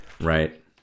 right